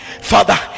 father